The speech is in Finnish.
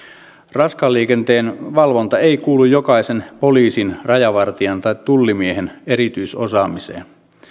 raskaan liikenteen valvonta ei kuulu jokaisen poliisin rajavartijan tai tullimiehen erityisosaamiseen